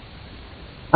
असं का होतं